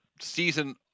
season